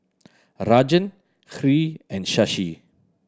Rajan Hri and Shashi